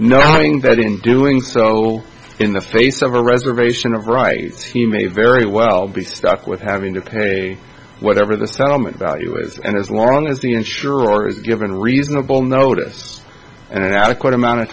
knowing that in doing so in the face of a reservation of rights he may very well be stuck with having to pay whatever the settlement value is and as long as the insurer is given reasonable notice and an adequate amount of